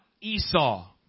Esau